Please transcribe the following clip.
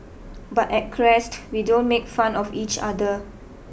but at Crest we don't make fun of each other